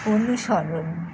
অনুসরণ